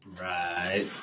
Right